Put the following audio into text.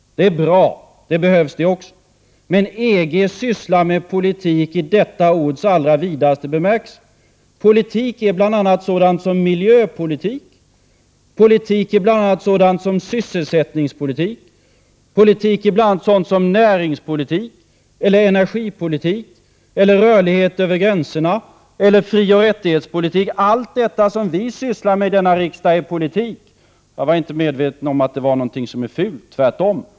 Det är bra, det behövs också. EG däremot sysslar med politik i detta ords allra vidaste bemärkelse. Politik är bl.a. sådant som miljöpolitik. Politik är bl.a. sådant som sysselsättningspolitik. Politik är bl.a. sådant som näringspolitik eller energipolitik eller rörlighet över gränserna eller frioch rättighetspolitik. Allt detta som vi sysslar med i denna riksdag är politik. Jag var inte medveten om att det var någonting som är fult — tvärtom.